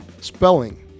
spelling